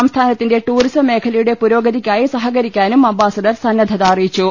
സംസ്ഥാനത്തിന്റെ ടൂറിസം മേഖല യുടെ പുരോഗതിക്കായി സഹകരിക്കാനും അംബാസഡർ സന്നദ്ധത അറി യിച്ചു